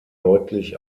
deutlich